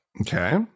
Okay